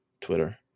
Twitter